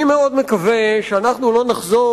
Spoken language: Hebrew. אני מאוד מקווה שאנחנו לא נחזור,